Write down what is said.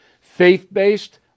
Faith-based